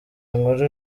inkuru